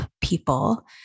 people